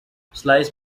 slice